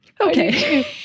Okay